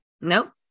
nope